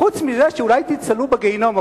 חוץ מזה שאולי תיצלו בגיהינום,